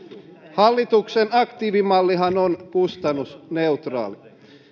hallituksen aktiivimallihan on kustannusneutraali